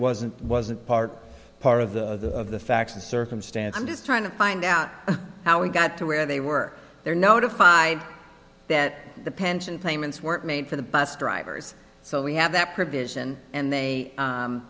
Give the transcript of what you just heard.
wasn't wasn't part part of the of the facts and circumstances just trying to find out how we got to where they were they are notified that the pension payments weren't made for the bus drivers so we have that provision and they